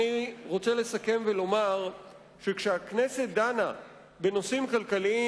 אני רוצה לסכם ולומר שכשהכנסת דנה בנושאים כלכליים,